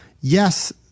yes